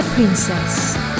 Princess